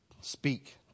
speak